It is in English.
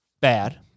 bad